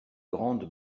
grande